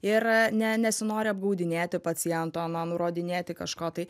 ir ne nesinori apgaudinėti paciento na nurodinėti kažko tai